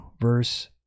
verse